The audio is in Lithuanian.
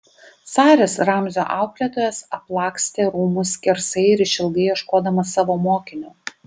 saris ramzio auklėtojas aplakstė rūmus skersai ir išilgai ieškodamas savo mokinio